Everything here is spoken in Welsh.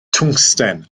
twngsten